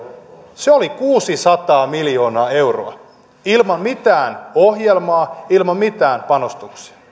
se oli kuusisataa miljoonaa euroa ilman mitään ohjelmaa ilman mitään panostuksia